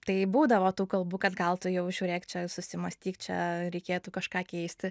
tai būdavo tų kalbų kad gal tu jau žiūrėk čia susimąstyk čia reikėtų kažką keisti